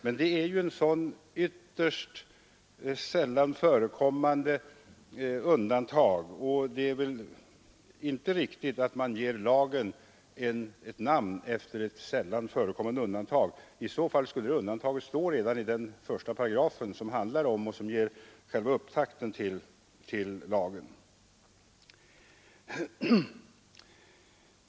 Men det är ett ytterst sällan förekommande undantag och det är inte riktigt att ge lagen ett namn efter ett sällan förekommande undantag. I så fall skulle undantaget stå redan i första paragrafen, som ger själva upptakten till lagen.